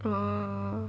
uh